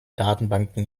datenbanken